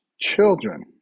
children